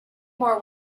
more